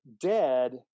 dead